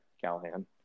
Callahan